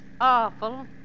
Awful